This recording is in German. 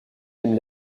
dem